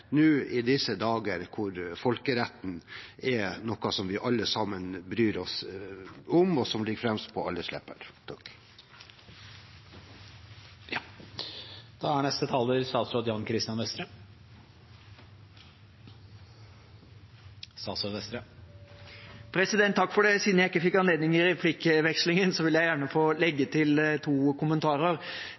nå i disse dager, hvor folkeretten er noe som vi alle sammen bryr oss om, og som ligger fremst på alles lepper. Siden jeg ikke fikk anledning i et replikkordskifte, vil jeg gjerne få legge til to kommentarer. Det ene er at jeg opplever komiteen som ganske samstemt i